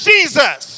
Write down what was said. Jesus